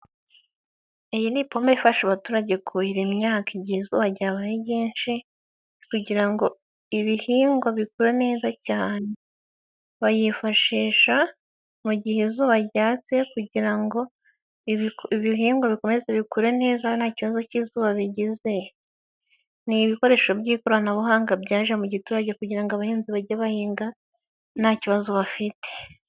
Iyi ni ipombo ifasha abaturage kuhira imyaka igihe izuba ryabaye ryinshi kugira ngo ibihingwa bikure neza cyane, bayifashisha mu gihe izuba ryatse kugira ngo ibihingwa bikomeze bikure neza nta kibazo cy'izuba bigize, ni ibikoresho by'ikoranabuhanga byaje mu giturage kugira ngo abahinzi bajye bahinga nta kibazo bafite.